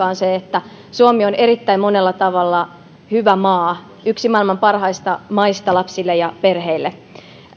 on se että suomi on erittäin monella tavalla hyvä maa yksi maailman parhaista maista lapsille ja perheille